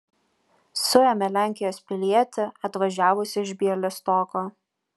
suėmė lenkijos pilietį atvažiavusį iš bialystoko